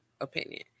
opinion